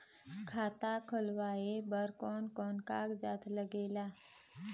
खाता खुलवाय बर कोन कोन कागजात लागेल?